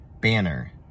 banner